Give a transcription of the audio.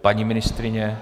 Paní ministryně?